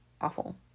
awful